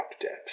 depth